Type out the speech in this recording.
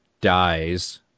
dies